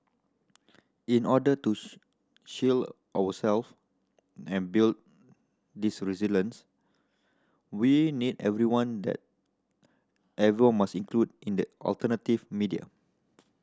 in order to shield ourselves and build this resilience we need everyone that everyone must include in the alternative media